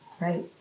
right